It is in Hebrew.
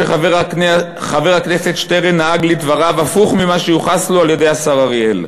שחבר הכנסת שטרן נהג לדבריו הפוך ממה שיוחס לו על-ידי השר אריאל.